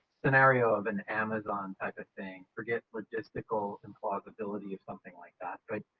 scenario of an amazon type of thing forget logistical and plausibility of something like that. right?